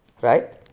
Right